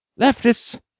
Leftists